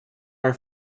our